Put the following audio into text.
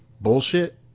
bullshit